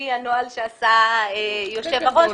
לפי הנוהל שעשה היושב-ראש,